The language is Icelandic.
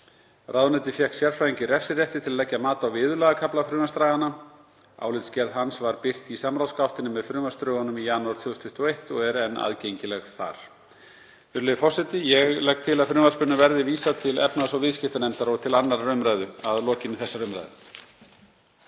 Ráðuneytið fékk sérfræðing í refsirétti til að leggja mat á viðurlagakafla frumvarpsdraganna. Álitsgerð hans var birt í samráðsgáttinni með frumvarpsdrögunum í janúar 2021 og er enn aðgengileg þar. Virðulegi forseti. Ég legg til að frumvarpinu verði vísað til efnahags- og viðskiptanefndar og til 2. umr. að lokinni þessari umræðu.